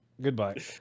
Goodbye